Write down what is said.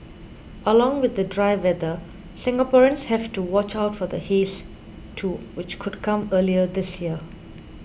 along with the dry weather Singaporeans have to watch out for the haze too which could come earlier this year